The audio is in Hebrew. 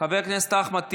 חבר הכנסת אחמד טיבי,